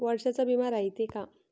वर्षाचा बिमा रायते का?